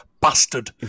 bastard